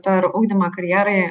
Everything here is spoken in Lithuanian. per ugdymą karjerai